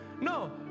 No